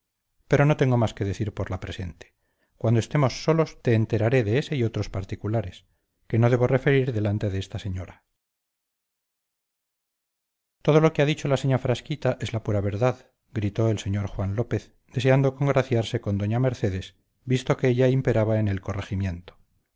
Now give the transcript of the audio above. pero no tengo más que decir por la presente cuando estemos solos te enteraré de este y otros particulares que no debo referir delante de esta señora todo lo que ha dicho la señá frasquita es la pura verdad gritó el señor juan lópez deseando congraciarse con doña mercedes visto que ella imperaba en el corregimiento